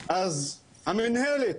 אז המנהלת